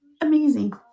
amazing